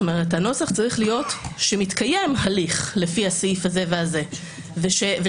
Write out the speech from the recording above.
הנוסח צריך להיות שמתקיים הליך לפי הסעיף הזה והזה ושעובדת